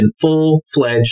full-fledged